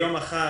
היום-מחר